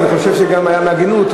אני חושב שגם היה מן ההגינות,